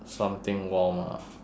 something warm ah